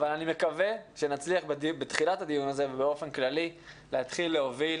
אבל אני מקווה שנצליח בדיון הזה ובאופן כללי להתחיל להוביל